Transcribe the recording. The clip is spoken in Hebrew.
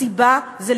הסיבה היא,